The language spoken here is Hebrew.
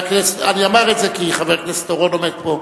אני אומר את זה כי חבר הכנסת אורון עומד פה,